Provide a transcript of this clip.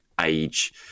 age